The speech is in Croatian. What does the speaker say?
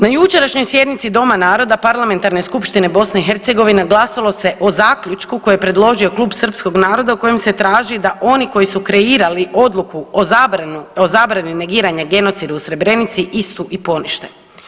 Na jučerašnjoj sjednici Doma naroda Parlamentarne skupštine Bosne i Hercegovine glasalo se o zaključku koji je predložio klub srpskog naroda u kojem se traži da oni koji su kreirali odluku o zabrani negiranja genocida u Srebrenici istu i ponište.